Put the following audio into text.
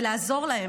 ולעזור להן.